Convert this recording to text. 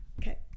Okay